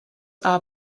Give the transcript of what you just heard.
are